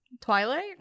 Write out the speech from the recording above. Twilight